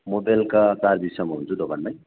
म बेलुका चार बजीसम्म हुन्छु दोकानमै